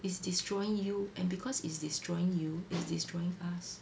it's destroying you and because it's destroying you it's destroying us